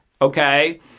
Okay